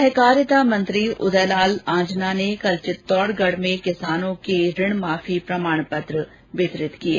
सहकारिता मंत्री उदयलाल आंजना ने कल चित्तौडगढ में किसानों को ऋण माफी प्रमाणपत्र प्रदान किये